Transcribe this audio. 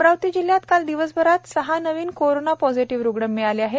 अमरावती जिल्ह्यात काल दिवसभरात सहा नवीन कोरूना पॉझिटिव्ह रुग्ण मिळाले आहे